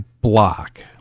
block